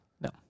No